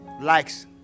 likes